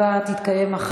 תודה.